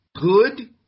good